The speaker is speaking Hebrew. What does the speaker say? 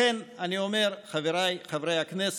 לכן אני אומר, חבריי חברי הכנסת: